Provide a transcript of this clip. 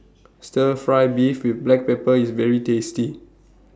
Stir Fry Beef with Black Pepper IS very tasty